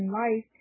life